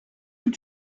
plus